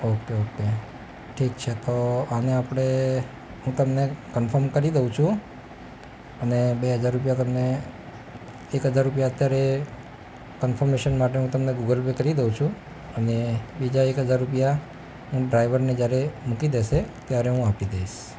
okay okay ઠીક છે તો આને આપણે હું તમને કન્ફમ કરી દઉં છું અને બે હજાર રૂપિયા તમને એક હજાર રૂપિયા અત્યારે કન્ફર્મેશન માટે હું તમને ગૂગલ પે કરી દઉં છું અને બીજા એક હજાર રૂપિયા હું ડ્રાઇવરને જ્યારે મૂકી દેશે ત્યારે હું આપી દઈશ